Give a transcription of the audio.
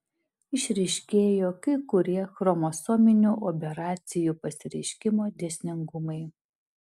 išryškėjo kai kurie chromosominių aberacijų pasireiškimo dėsningumai